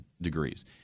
degrees